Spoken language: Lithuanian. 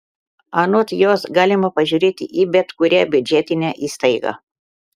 anot jos galima pažiūrėti į bet kurią biudžetinę įstaigą